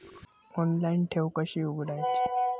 Online ठेव कशी उघडायची?